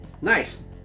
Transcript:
Nice